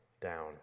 down